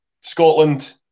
Scotland